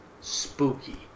spooky